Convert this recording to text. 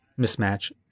mismatch